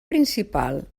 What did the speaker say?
principal